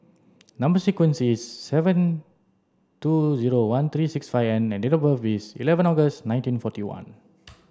number sequence is seven two zero one three six five N and date of birth is eleven August nineteen forty one